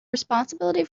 responsibility